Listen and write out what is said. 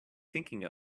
thinking